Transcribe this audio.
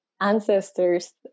ancestors